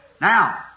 Now